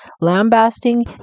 lambasting